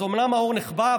אז אומנם האור נכבה,